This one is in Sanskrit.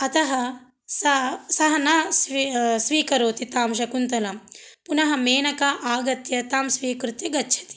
अतः सा सः न स्वि स्वीकरोति तां शकुन्तलां पुनः मेनका आगत्य तां स्वीकृत्य गच्छति